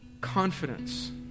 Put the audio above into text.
confidence